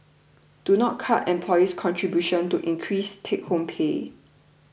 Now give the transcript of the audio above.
do not cut employee's contributions to increase take home pay